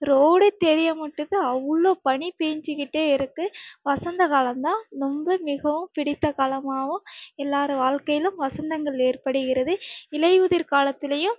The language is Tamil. ரோடே தெரியமாட்டுது அவ்வளோ பனி பேய்ஞ்சிக்கிட்டே இருக்கு வசந்தகாலம்தான் ரொம்ப மிகவும் பிடித்த காலமாகவும் எல்லாரு வாழ்க்கையிலும் வசந்தங்கள் ஏற்படுகிறது இலையுதிர் காலத்துலேயும்